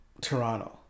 Toronto